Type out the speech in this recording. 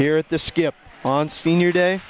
here at the skip on senior day